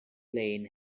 plain